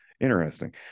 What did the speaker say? Interesting